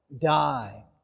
die